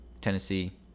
Tennessee